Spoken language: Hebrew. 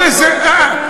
עם כל הכבוד,